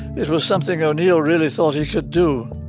it was something o'neill really thought he could do